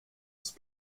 ist